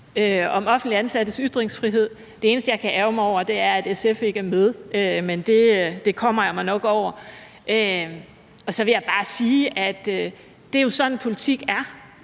om offentligt ansattes ytringsfrihed. Det eneste, jeg kan ærgre mig over, er, at SF ikke er med, men det kommer jeg mig nok over. Og så vil jeg bare sige, at det jo er sådan, politik er: